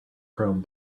chrome